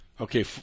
okay